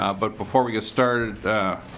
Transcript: ah but before we get started